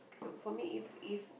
for me if if